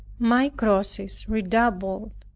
my crosses redoubled.